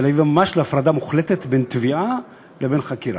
ממש להפרדה מוחלטת בין תביעה לבין חקירה.